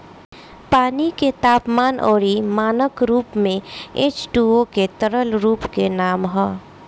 पानी के तापमान अउरी मानक रूप में एचटूओ के तरल रूप के नाम ह